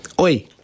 oi